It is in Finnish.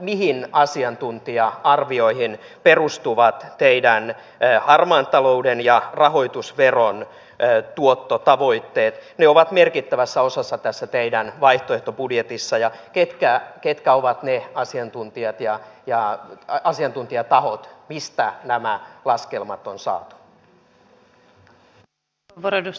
mihin asiantuntija arvioihin perustuvat teidän harmaan talouden ja rahoitusveron tuottotavoitteenne ne ovat merkittävässä osassa tässä teidän vaihtoehtobudjetissanne ja mitkä ovat ne asiantuntijatahot mistä nämä laskelmat on saatu